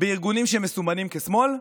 בארגונים שמסומנים כשמאל,